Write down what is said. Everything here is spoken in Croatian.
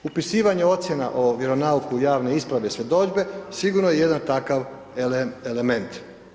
Upisivanje ocjena o vjeronauku u javne isprave, svjedodžbe, sigurno je jedan takav element.